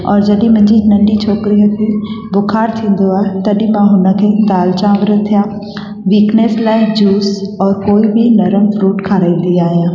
ऐं जॾहिं मुंहिंजी नंढी छोकिरीअ खे बुखार थींदो आहे तॾहिं मां हुन खे दाल चांवर थिया वीकनेस लाइ जूस ऐं कोई बि नरम फ्रूट खाराईंदी आहियां